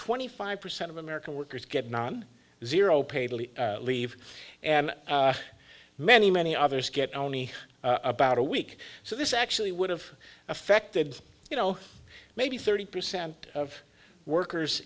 twenty five percent of american workers get non zero paid leave and many many others get only about a week so this actually would have affected you know maybe thirty percent of workers